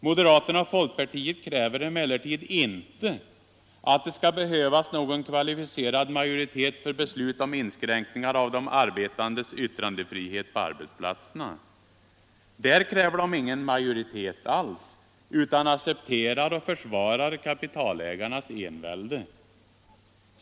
Moderaterna och folkpartiet kräver emellertid inte att det skall behövas någon kvalificerad majoritet för beslut om inskränkningar av de arbetandes yttrandefrihet på arbetsplatserna. Där kräver de inte någon majoritet alls, utan accepterar och försvarar kapitalägarnas envälde.